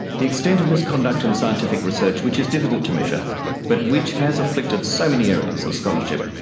the extent of misconduct in scientific research, which is difficult to measure but which has afflicted so many areas of scholarship,